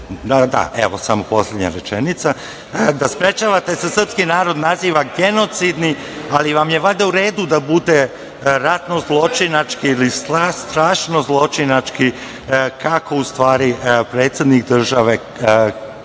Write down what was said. Da, samo poslednja rečenica. Da sprečavate da se srpski narod naziva genocidni, ali vam je valjda u redu da bude ratno-zločinački ili strašno-zločinački, kako u stvari predsednik države kvalifikuje